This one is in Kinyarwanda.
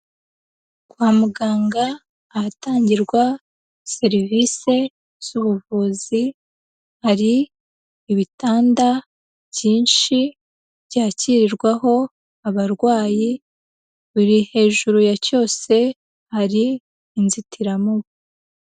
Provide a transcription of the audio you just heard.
Kwa muganga ahatangirwa serivise z'ubuvuzi, hari ibitanda byinshi byakirirwaho abarwayi, buri hejuru ya cyose hari inzitiramubu.